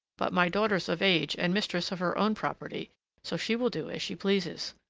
but my daughter's of age and mistress of her own property so she will do as she pleases.